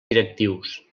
directius